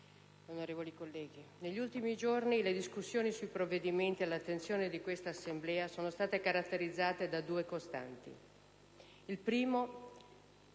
negli ultimi giorni le discussioni sui provvedimenti all'attenzione di quest'Assemblea sono state caratterizzate da due costanti: